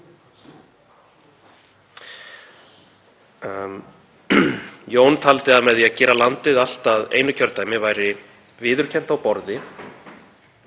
Jón taldi að með því að gera landið allt að einu kjördæmi væri viðurkennt á borði